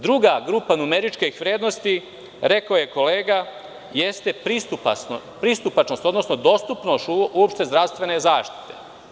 Druga grupa numeričkih vrednosti, rekao je kolega, jeste pristupačnost, odnosno dostupnost zdravstvene zaštite.